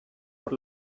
por